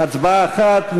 בהצבעה אחת.